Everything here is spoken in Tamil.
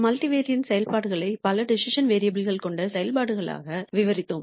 மல்டிவேரியேட் செயல்பாடுகளை பல டிசிசன் வேரியபுல்கள் கொண்ட செயல்பாடுகளாக விவரித்தோம்